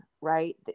right